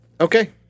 Okay